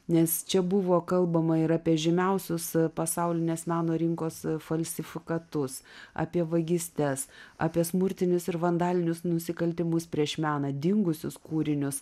nes čia buvo kalbama ir apie žymiausius pasaulinės meno rinkos falsifikatus apie vagystes apie smurtinius ir vandalinius nusikaltimus prieš meną dingusius kūrinius